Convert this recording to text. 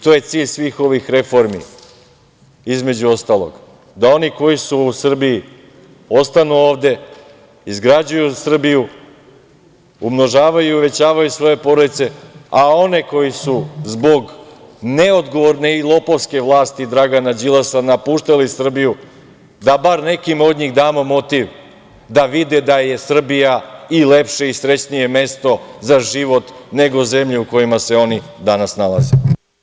To je cilj svih ovih reformi, između ostalog, da oni koji su u Srbiji ostanu ovde, izgrađuju Srbiju, umnožavaju i uvećavaju svoje porodice, a one koji su zbog neodgovorne i lopovske vlasti Dragana Đilasa napuštali Srbiju da bar nekima od njih damo motiv da vide da je Srbija i lepše i srećnije mesto za život nego zemlje u kojima se oni danas nalaze.